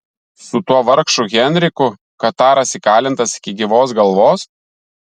su tuo vargšu henriku kataras įkalintas iki gyvos galvos